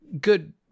good